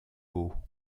haut